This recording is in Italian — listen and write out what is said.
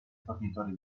fornitori